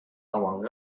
among